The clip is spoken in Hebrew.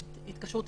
מעצר.